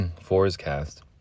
Forecast